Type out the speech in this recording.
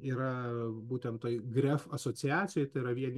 yra būtent toj gref asociacijoj tai yra vien